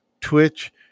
Twitch